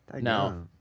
No